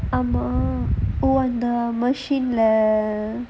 ஆமா:aamaa